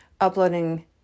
uploading